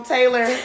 Taylor